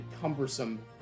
cumbersome